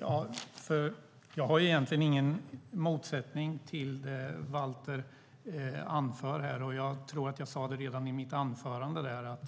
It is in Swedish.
Herr talman! Jag motsätter mig egentligen inte det Valter anför här. Jag tror att jag redan i mitt anförande sade att